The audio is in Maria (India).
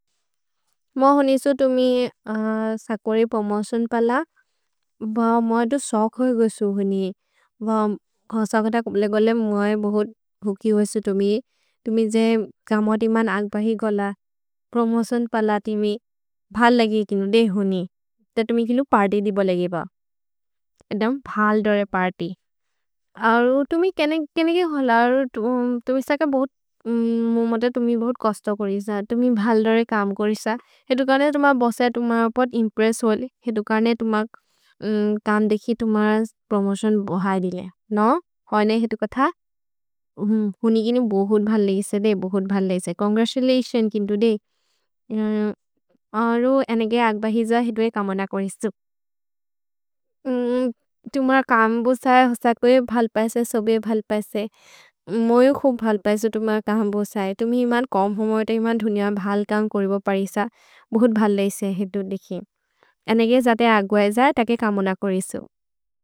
मोउ होने इसु तुमि सकोरे प्रोमोतिओन् पल, ब मोउ अतो सोख् होइ गोसु होने। भ सखत गोब्ले गोले मोउ बोहोत् होकि होइ इसु तुमि, तुमि जे गमोतिमन् अग् बहि गोल, प्रोमोतिओन् पल, तिमि भल् लगि किनो। दे होने, दे तुमि किलु पर्त्य् दि बोले गेब, एदम् भल् दोरे पर्त्य्, अरो तुमि केने के होल, तुमि सक बौत्। मोउ मत तुमि बौत् कस्त कोरि स, तुमि भल् दोरे कम् कोरि स, हेतो कर्ने तुम्ह बोसे तुम्ह बोत् इम्प्रेस्स् होलि। हेतो कर्ने तुम्ह कम् देखि तुम्ह प्रोमोतिओन् बहये दिले, नो, होइ नहि हेतो कथ, हुनि किने बहोत् भल् लगि स। दे बहोत् भल् लगि स, चोन्ग्रतुलतिओन् किन्तु दे, अरो अनेगे अग् बहि ज, हेतो ए कमोन कोरि स। तुम्ह कम् बोसे स कोइ भल् पैसे, सोबि भल् पैसे, मोउ यो खोब् भल् पैसे, तुम्ह कम् बोसे, तुम्हि इमन् कम् होमोइत, इमन् धुनिअ भल् कम् कोरि बो परि स, बहोत् भल् लगि स, हेतो देखि, अनेगे जते अग् बहि ज, तके कमोन कोरि स।